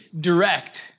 direct